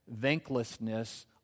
thanklessness